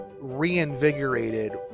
reinvigorated